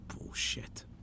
bullshit